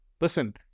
listen